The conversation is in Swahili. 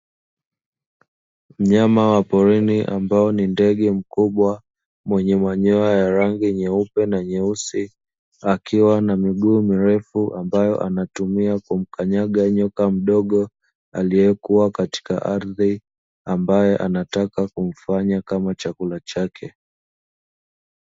Mnyama wa porini ambao ni ndege mkubwa mwenye manyoya meupe na nyeusi, akiwa ana miguu mirefu ambayo anatumia kumkanyaga nyoka mdogo, aliyekuwa katika ardhi ambaye anataka kumfanya kama chakula chake.